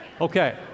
Okay